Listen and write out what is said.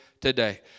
today